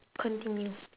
continue